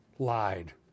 lied